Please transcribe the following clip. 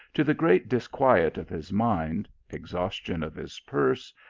to the great disquiet of his mind, ex haustion of his purse,